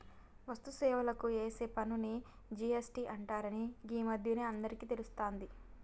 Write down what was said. వస్తు సేవలకు ఏసే పన్నుని జి.ఎస్.టి అంటరని గీ మధ్యనే అందరికీ తెలుస్తాంది